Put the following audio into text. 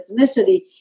ethnicity